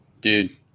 Dude